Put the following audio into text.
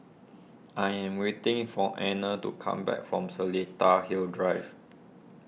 I am waiting for Anner to come back from Seletar Hills Drive